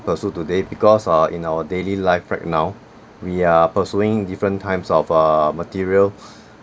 pursuit today because uh in our daily life right now we are pursuing different types of uh material